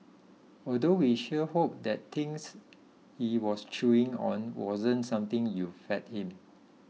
although we sure hope that thing he was chewing on wasn't something you fed him